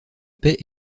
paix